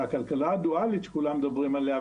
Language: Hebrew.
הכלכלה דואלית שכולם מדברים עליה,